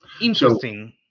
interesting